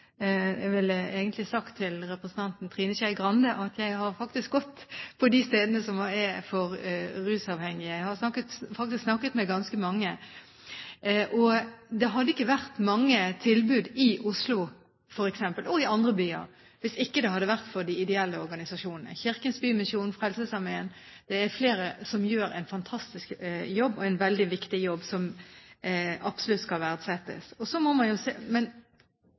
Jeg ville egentlig sagt til representanten Trine Skei Grande at jeg faktisk har vært på de stedene som er for rusavhengige. Jeg har snakket med ganske mange der. Og det hadde ikke vært mange tilbud f.eks. i Oslo, eller andre byer, hvis det ikke hadde vært for de ideelle organisasjonene. Kirkens Bymisjon, Frelsesarmeen – og det er flere – gjør en fantastisk jobb, og en veldig viktig jobb, som absolutt skal verdsettes. Men det offentlige helsevesenet må